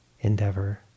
endeavor